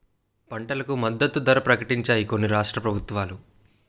పంటలకు మద్దతు ధర ప్రకటించాయి కొన్ని రాష్ట్ర ప్రభుత్వాలు